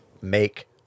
make